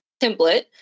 template